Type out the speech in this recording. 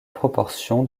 proportion